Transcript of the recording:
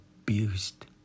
abused